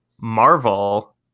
marvel